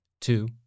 two